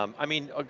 um i mean, ah